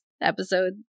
episode